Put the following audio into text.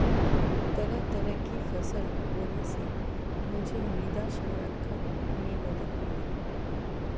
तरह तरह की फसल बोने से मुझे मृदा संरक्षण में मदद मिली